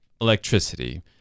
electricity